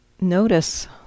notice